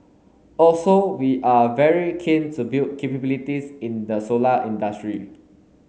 also we are very keen to build capabilities in the solar industry